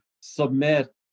submit